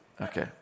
Okay